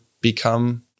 become